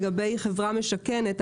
לגבי חברה משכנת,